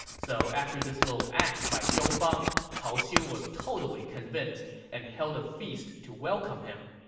so after this little act by zhou fang, cao xiu was totally convinced and held a feast to welcome him